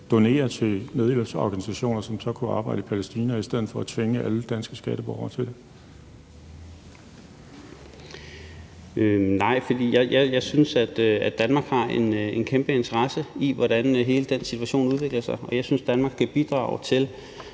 donere til nødhjælpsorganisationer, som så kunne arbejde i Palæstina, i stedet for at tvinge alle danske skatteborgere til det? Kl. 18:03 Daniel Toft Jakobsen (S): Jeg synes, at Danmark har en kæmpe interesse i, hvordan hele den situation udvikler sig, og jeg synes, at Danmark, som jeg